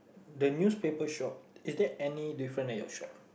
the newspaper shop is there any different at your shop